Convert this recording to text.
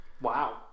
Wow